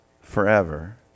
forever